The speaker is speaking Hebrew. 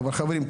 אבל חברים,